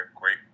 great